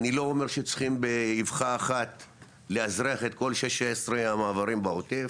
אני לא אומר שצריכים באבחה אחת לאזרח את כל 16 המעברים בעוטף,